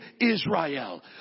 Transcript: Israel